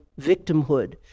victimhood